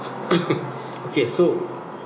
okay so